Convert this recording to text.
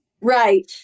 Right